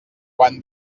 quan